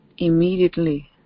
Immediately